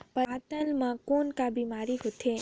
पातल म कौन का बीमारी होथे?